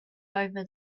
over